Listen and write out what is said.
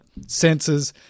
sensors